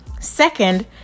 Second